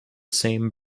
same